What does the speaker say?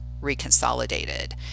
reconsolidated